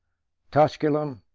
tusculum,